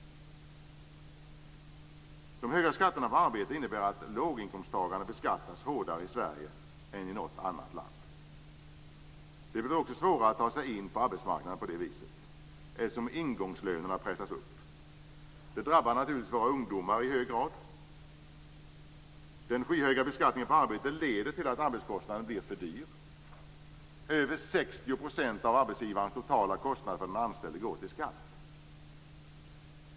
De höga skatterna på arbete innebär att låginkomsttagarna beskattas hårdare i Sverige än i något annat land. Det blir också svårare att ta sig in på arbetsmarknaden på det viset eftersom ingångslönerna pressas upp. Detta drabbar naturligtvis våra ungdomar i hög grad. Den skyhöga beskattningen på arbete leder till att arbetskostnaden blir för dyr. Över 60 % av arbetsgivarens totala kostnader för den anställde går till skatt.